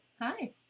Hi